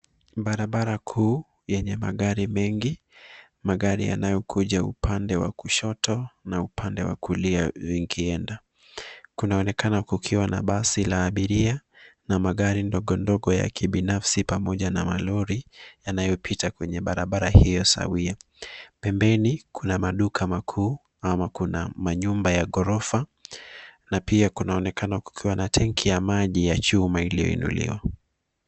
Barabara kuu yenye magari mengi. Magari yanayokuja upande wa kushoto na upande wa kulia vikienda. Kunaonekana kukiwa na basi la abiria na magari ndogo ndogo ya kibinafsi pamoja na malori yanayopita kwenye barabara hio sawia. Pembeni kuna maduka makuu na kuna manyumba ya ghorofa na pia kunaonekana kukiwa na tanki ya maji ya chuma iliyoinuliwa.